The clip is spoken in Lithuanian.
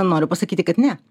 noriu pasakyti kad ne